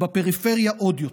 ובפריפריה עוד יותר.